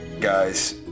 guys